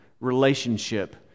relationship